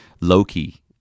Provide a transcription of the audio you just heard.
Loki